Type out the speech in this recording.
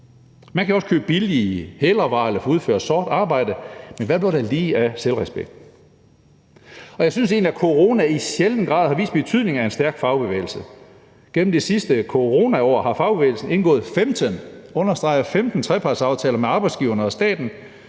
Man kan også købe billige hælervarer eller få udført sort arbejde, men hvad blev der lige af selvrespekten? Jeg synes egentlig, at corona i sjælden grad har vist betydningen af en stærk fagbevægelse. Gennem det sidste coronaår har fagbevægelsen indgået 15 – jeg understreger 15 – trepartsaftaler med arbejdsgiverne og staten,